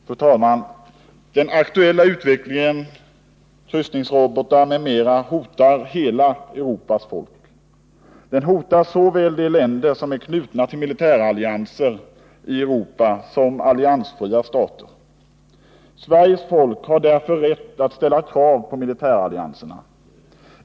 Fru talman! Den aktuella utvecklingen — kryssningsrobotar m.m. — hotar hela Europas folk. Den hotar såväl de länder som är knutna till militärallianser i Europa som alliansfria stater. Sveriges folk har därför rätt att ställa krav på militärallianserna.